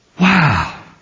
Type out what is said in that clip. Wow